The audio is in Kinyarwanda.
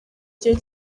gihe